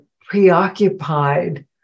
preoccupied